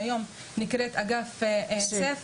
שהיום נקראת אגף סיף,